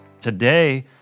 Today